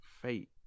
fate